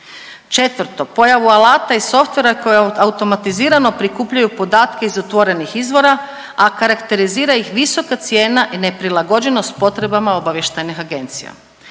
Četvrto, pojavu alata i softvera koje automatizirano prikupljaju podatke iz otvorenih izvora, a karakterizira ih visoka cijena i neprilagođenost potrebama obavještajnih agencija.